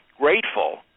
grateful